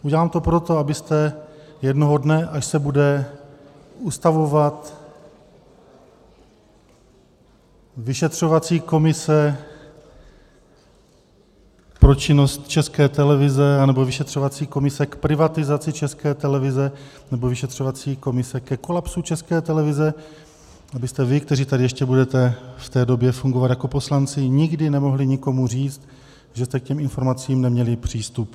Udělám to proto, abyste jednoho dne, až se bude ustavovat vyšetřovací komise pro činnost České televize, nebo vyšetřovací komise k privatizaci České televize, nebo vyšetřovací komise ke kolapsu České televize, abyste vy, kteří tady ještě budete v té době fungovat jako poslanci, nikdy nemohli nikomu říct, že jste k těm informacím neměli přístup.